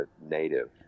native